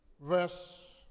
verse